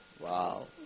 Wow